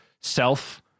self